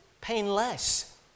painless